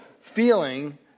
feeling